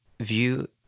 view